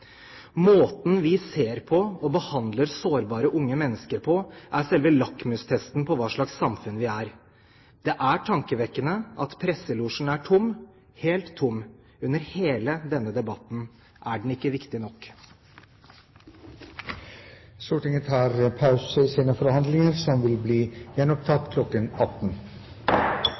Måten vi ser på og behandler sårbare unge mennesker på er selve lakmustesten på hva slags samfunn vi er. Det er tankevekkende at presselosjen er tom – helt tom – og har vært det under hele denne debatten. Er den ikke viktig